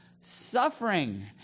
suffering